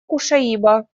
кушаиба